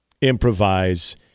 improvise